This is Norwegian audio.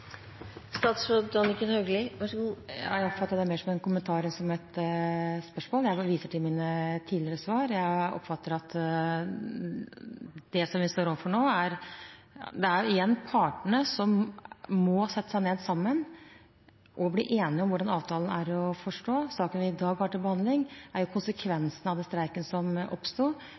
Jeg oppfattet det mer som en kommentar enn et spørsmål. Jeg vil bare vise til mine tidligere svar. Jeg oppfatter at det vi står overfor nå, er at partene må sette seg ned sammen og bli enige om hvordan avtalen er å forstå. Saken vi i dag har til behandling, er konsekvensen av streiken som oppsto.